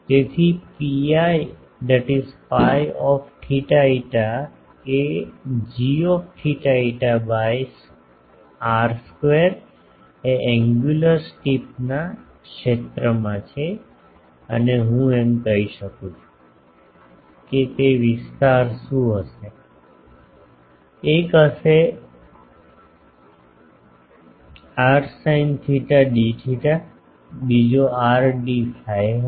તેથી Piθ φ એ gθ φ by R square એ એન્ગ્યુલર સ્ટીપ ના ક્ષેત્રમાં છે અને હું એમ કહી શકું છું કે તે વિસ્તાર શું હશે એક હશે R sine theta d theta બીજો આર ડી ફાઇ હશે